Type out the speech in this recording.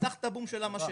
פתח את הבום של המשאבה,